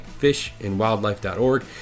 fishandwildlife.org